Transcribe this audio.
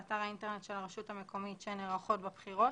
באתר האינטרנט של הרשות המקומית שנערכות בה בחירות